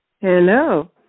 Hello